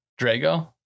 Drago